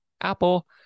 apple